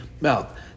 mouth